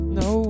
no